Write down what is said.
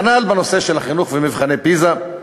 כנ"ל בנושא של החינוך ומבחני פיז"ה.